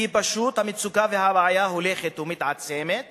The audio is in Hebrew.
כי פשוט המצוקה והבעיה הולכת ומתעצמת